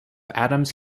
adams